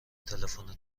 تلفن